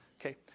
okay